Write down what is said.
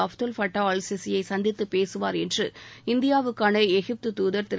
Abdul Fattah al சிசியை சந்தித்துப் பேசுவார் என்று இந்தியாவுக்கான எகிப்து தூதர் திரு